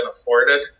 afforded